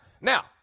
Now